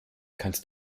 kannst